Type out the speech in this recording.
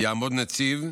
יעמוד נציב,